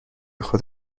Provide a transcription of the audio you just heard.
خود